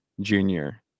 junior